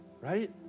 Right